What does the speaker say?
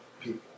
people